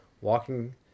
walking